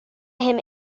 him